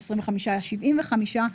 25-75,